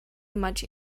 much